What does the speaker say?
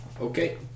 Okay